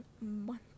month